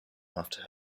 after